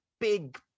big